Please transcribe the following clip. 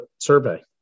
survey